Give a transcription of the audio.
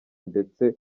ndetse